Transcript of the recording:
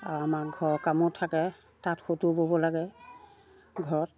আৰু আমাৰ ঘৰৰ কামো থাকে তাঁত সুঁতো বব' লাগে ঘৰত